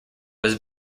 was